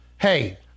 hey